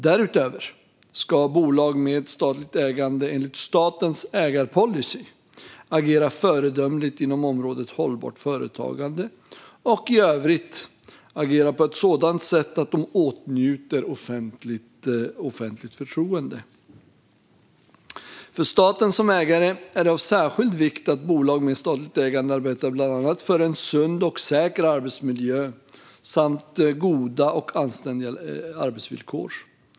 Därutöver ska bolag med statligt ägande enligt statens ägarpolicy agera föredömligt inom området hållbart företagande och i övrigt agera på ett sådant sätt att de åtnjuter offentligt förtroende. För staten som ägare är det av särskild vikt att bolag med statligt ägande arbetar bland annat för en sund och säker arbetsmiljö samt goda och anständiga arbetsvillkor.